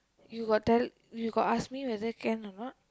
you got tell you ask me whether can or not